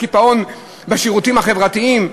הקיפאון בשירותים החברתיים,